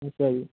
ਅੱਛਾ ਜੀ